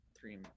three